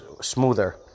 smoother